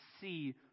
see